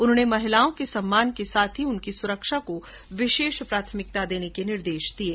उन्होंने महिलाओं के सम्मान के साथ ही उनकी सुरक्षा को विशेष प्राथमिकता देने के निर्देश दिये